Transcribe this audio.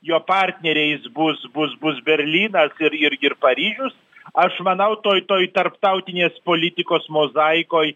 jo partneriais bus bus bus berlynas ir ir ir paryžius aš manau toj toj tarptautinės politikos mozaikoj